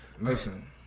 listen